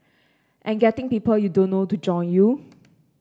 and getting people you don't know to join you